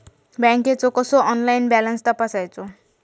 बँकेचो कसो online balance तपासायचो?